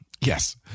yes